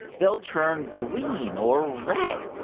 they'll turn green or red.